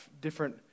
different